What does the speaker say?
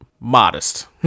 modest